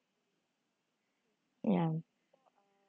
ya